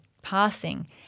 passing